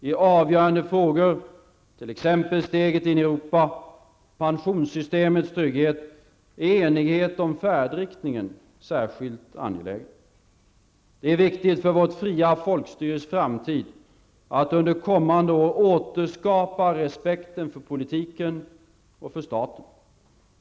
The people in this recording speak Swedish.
I avgörande frågor -- t.ex. steget in i Europa och pensionssystemets trygghet -- är enighet om färdriktningen särskilt angelägen. Det är viktigt för vårt fria folkstyres framtid att under kommande år återskapa respekten för politiken och för staten.